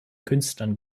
künstlern